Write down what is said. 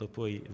poi